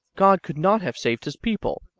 god could not have saved his people,